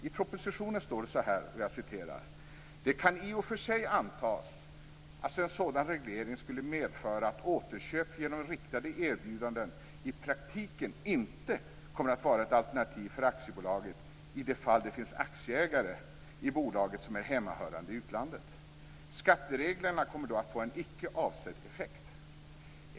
I propositionen står det så här: "Det kan i och för sig antas att en sådan reglering skulle medföra att återköp genom riktade erbjudanden i praktiken inte kommer att vara ett alternativ för aktiebolaget i de fall det finns aktieägare i bolaget som är hemmahörande i utlandet. Skattereglerna kommer då att få en icke avsedd effekt.